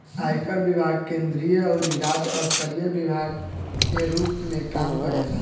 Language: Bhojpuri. आयकर विभाग केंद्रीय अउरी राज्य स्तरीय विभाग के रूप में काम करेला